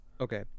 Okay